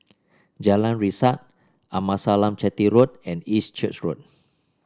Jalan Resak Amasalam Chetty Road and East Church Road